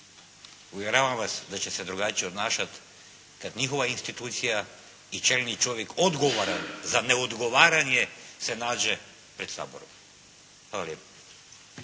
Uvjeravam se da će se drugačije obnašati kad njihova institucija i čelni čovjek odgovoran za neodgovaranje se nađe pred Saborom. Hvala lijepa.